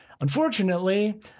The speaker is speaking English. Unfortunately